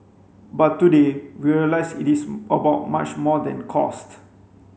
but today we realise it is about much more than cost